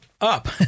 up